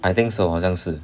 I think so 好像是